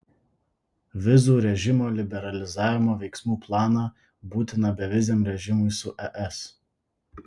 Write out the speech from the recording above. vizų režimo liberalizavimo veiksmų planą būtiną beviziam režimui su es